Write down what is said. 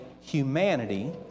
humanity